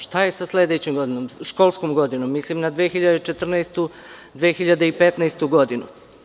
Šta je sa sledećom školskom godinom, mislim na 2014-2015. godinu?